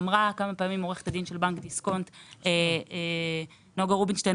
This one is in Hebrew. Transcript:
דיברה כמה פעמים עורכת הדין של בנק דיסקונט נגה רובינשטיין